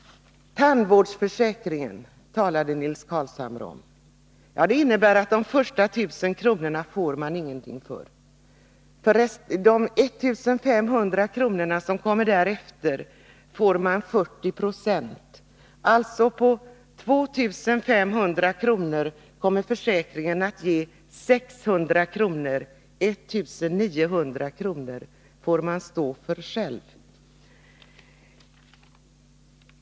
Nils Carlshamre talade om tandvårdsförsäkringen. Den innebär att man inte får någonting för de första 1 000 kronorna. För de 1 500 kr: som kommer därefter får man 40 96. Försäkringen ger alltså 600 kr. på 2 500 kr. 1 900 kr. får man stå för själv.